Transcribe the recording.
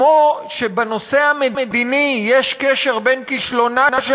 כמו שבנושא המדיני יש קשר בין כישלונה של